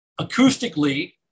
acoustically